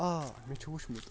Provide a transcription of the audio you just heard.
آ مےٚ چھُ وُچھمُت